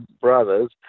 brothers